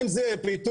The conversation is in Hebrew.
אם זה פיתוח,